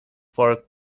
for